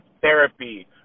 therapy